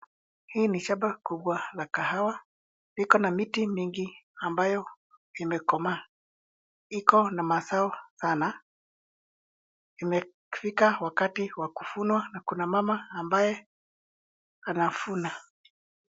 Hii ni shamba kubwa la kahawa, liko na miti mingi ambayo imekomaa. Iko na mazao sana, imefika wakati wa kuvunwa na kuna mama ambaye anavuna.